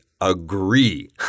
agree